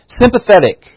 Sympathetic